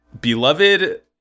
beloved